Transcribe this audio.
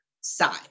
side